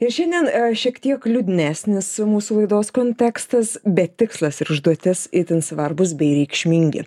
ir šiandien šiek tiek liūdnesnis mūsų laidos kontekstas bet tikslas ir užduotis itin svarbūs bei reikšmingi